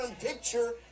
picture